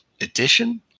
edition